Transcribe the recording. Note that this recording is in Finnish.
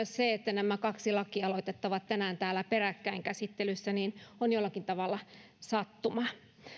se että nämä kaksi lakialoitetta ovat tänään täällä peräkkäin käsittelyssä on jollakin tavalla sattumaa